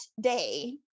day